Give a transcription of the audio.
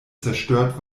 zerstört